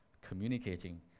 communicating